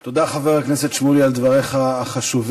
תודה, חבר הכנסת שמולי, על דבריך החשובים.